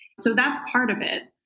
so that's part of it.